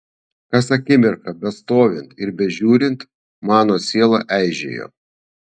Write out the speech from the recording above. kas akimirką bestovint ir bežiūrint mano siela eižėjo